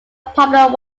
popular